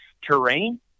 terrain